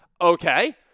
Okay